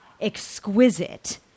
exquisite